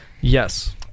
yes